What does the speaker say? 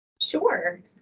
Sure